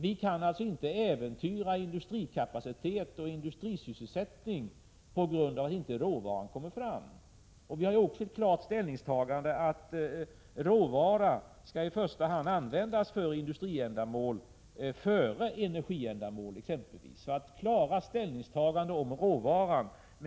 Vi kan inte äventyra industrikapacitet och industrisysselsättning på grund av att inte råvaran kommer fram. Vi har alltså gjort ett klart ställningstagande som innebär att råvara i första hand skall användas för industriändamål, dvs. före exempelvis energiändamål.